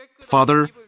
Father